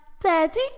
Daddy